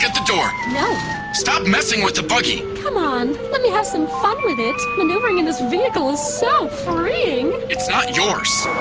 stop messing with the buggy! come on, let me have some fun with it. maneuvering in this vehicle is so freeing! it's not yours